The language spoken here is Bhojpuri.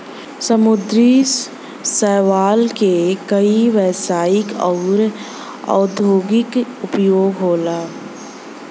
समुंदरी शैवाल के कई व्यवसायिक आउर औद्योगिक उपयोग होला